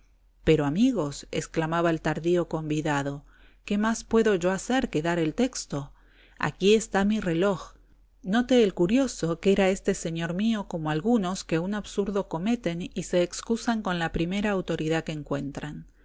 pero amigos exclamaba el tardío convidado qué más puedo yo hacer que dar el texto aquí está mi reloj note el curioso que era este señor mío como algunos que un absurdo cometen y se excusan con la primera autoridad que encuentran